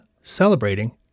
celebrating